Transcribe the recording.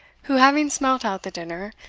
who having smelt out the dinner,